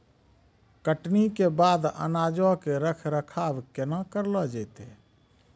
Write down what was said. कटनी के बाद अनाजो के रख रखाव केना करलो जैतै?